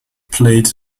played